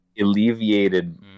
...alleviated